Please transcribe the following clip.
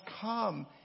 come